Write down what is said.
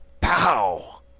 Pow